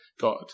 God